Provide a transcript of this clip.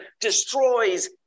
destroys